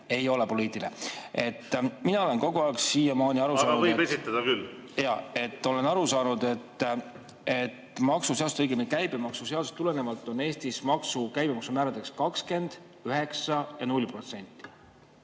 Ei ole poliitiline! Mina olen kogu aeg siiamaani aru saanud ... Aga võib esitada küll. Jaa. Ma olen aru saanud, et maksuseadusest, õigemini käibemaksuseadusest tulenevalt on Eestis käibemaksu määrad 20%, 9% ja 0%.